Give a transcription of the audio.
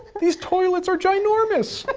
these toilets are gynormous.